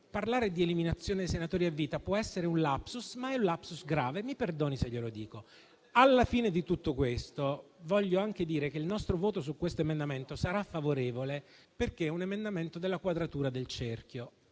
parlare di eliminazione dei senatori a vita può essere un *lapsus*, ma è grave, mi perdoni se glielo dico. Alla fine di tutto questo, voglio anche dire che il nostro voto su questo emendamento sarà favorevole, perché trova la quadratura del cerchio.